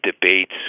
debates